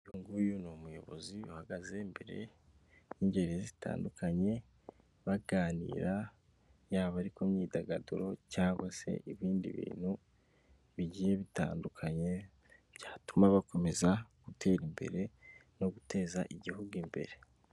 Uyu ni umuyobozi uhagaze imbere y'ingeri zitandukanye baganira yaba ari ku myidagaduro cyangwa se ibindi bintu bigiye bitandukanye byatuma bakomeza gutera imbere no guteza igihugu imbere.